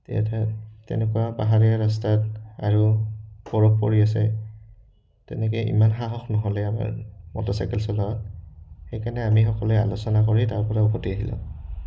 তে তেনেকুৱা পাহাৰীয়া ৰাস্তাত আৰু বৰফ পৰি আছে তেনেকৈ ইমান সাহস নহ'লে আমাৰ মটৰচাইকেল চলোৱাত সেইকাৰণে আমি সকলোৱে আলোচনা কৰি তাৰ পৰা উভতি আহিলোঁ